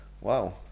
Wow